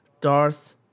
Darth